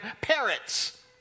parrots